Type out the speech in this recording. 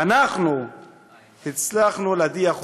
אנחנו הצלחנו להדיח אותו.